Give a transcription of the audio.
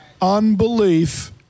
Unbelief